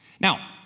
Now